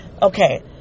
okay